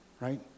right